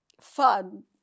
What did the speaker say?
fun